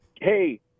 Hey